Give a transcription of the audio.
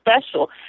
special